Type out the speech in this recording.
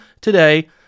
today